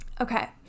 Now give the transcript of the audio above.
Okay